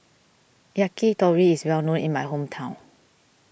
Yakitori is well known in my hometown